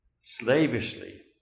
slavishly